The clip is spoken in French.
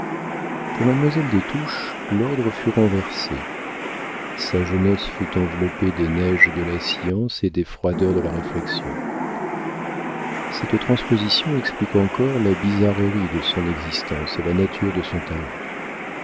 pour mademoiselle des touches l'ordre fut renversé sa jeunesse fut enveloppée des neiges de la science et des froideurs de la réflexion cette transposition explique encore la bizarrerie de son existence et la nature de son talent